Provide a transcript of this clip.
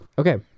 Okay